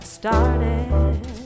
started